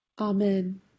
Amen